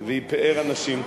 והיא פאר הנשים?